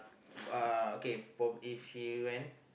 for uh for if he went